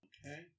Okay